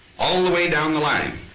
all the way down the line,